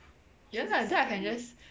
ya lah then I can just